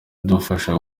adufasha